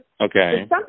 Okay